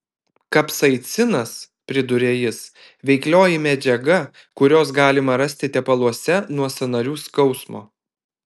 kapsaicinas priduria jis veiklioji medžiaga kurios galima rasti tepaluose nuo sąnarių skausmo